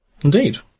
indeed